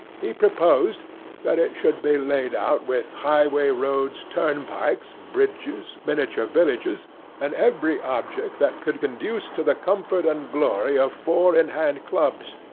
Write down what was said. he proposed that it should be laid out with highway roads, turnpikes, bridges, miniature villages and every object that could conduce to the comfort and glory of four-in-hand clubs,